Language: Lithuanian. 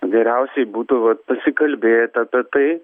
geriausiai būdavo pasikalbėt apie tai